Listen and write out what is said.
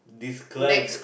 describe